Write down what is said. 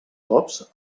cops